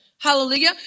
Hallelujah